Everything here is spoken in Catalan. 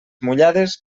mullades